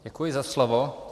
Děkuji za slovo.